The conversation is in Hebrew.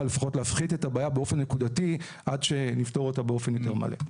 לפחות להפחית את הבעיה באופן נקודתי עד שנפתור אותה באופן יותר מלא.